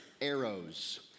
Arrows